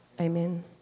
Amen